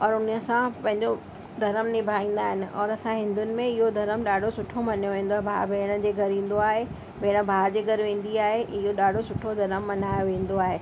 औरि उनसां पंहिंजो धर्म निभाईंदा आहिनि औरि असां हिंदुअनि में इहो धर्म ॾाढो सुठो मञियो वेंदो आहे भा भेण जे घरु ईंदो आहे भेण भा जे घर वेंदी आहे इहो ॾाढो सुठो धर्म मल्हायो वेंदो आहे